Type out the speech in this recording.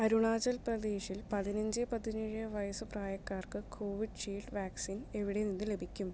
അരുണാചൽ പ്രദേശിൽ പതിനഞ്ച് പതിനേഴ് വയസ്സ് പ്രായക്കാർക്ക് കോവിഷീൽഡ് വാക്സിൻ എവിടെ നിന്ന് ലഭിക്കും